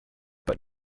but